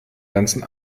ganzen